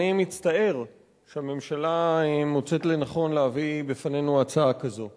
אני מצטער שהממשלה מוצאת לנכון להביא בפנינו הצעה כזו.